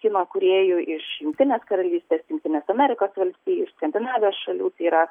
kino kūrėjų iš jungtinės karalystės jungtinės amerikos valstijų iš skandinavijos šalių tai yra